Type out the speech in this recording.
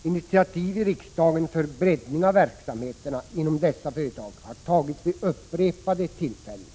Initiativ i riksdagen för breddning av verksamheterna inom dessa företag har tagits vid upprepade tillfällen.